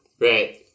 Right